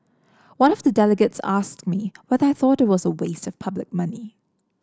one of the delegates asked me whether I thought was a waste of public money